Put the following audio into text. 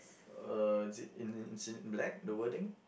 uh is it in is it black the wording